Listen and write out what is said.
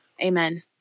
Amen